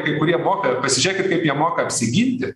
kai kurie moka pasižiūrėkit kaip jie moka apsiginti